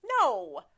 No